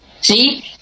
See